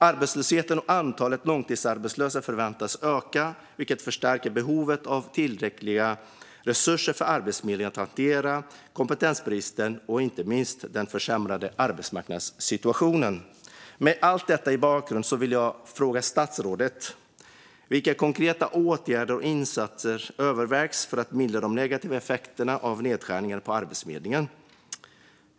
Arbetslösheten och antalet långtidsarbetslösa förväntas öka, vilket förstärker behovet av tillräckliga resurser för Arbetsförmedlingen att hantera kompetensbristen och inte minst den försämrade arbetsmarknadssituationen. Med allt detta som bakgrund vill jag ställa följande frågor till statsrådet. Vilka konkreta åtgärder och insatser övervägs för att mildra de negativa effekterna av nedskärningarna på Arbetsförmedlingen?